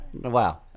wow